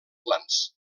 plans